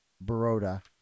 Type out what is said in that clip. Baroda